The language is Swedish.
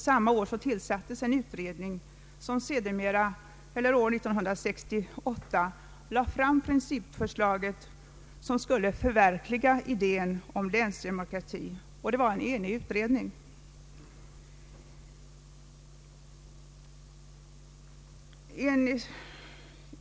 Samma år tillsattes den utredning som sedermera, år 1968, lade fram det principförslag som skulle förverkliga idén om länsdemokratin. Utredningen var enig.